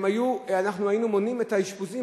אנחנו היינו מונעים את האשפוזים,